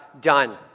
done